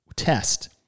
test